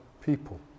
people